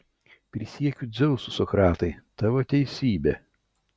prisiekiu dzeusu sokratai tavo teisybė